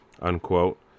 unquote